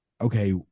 okay